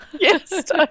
Yes